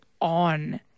on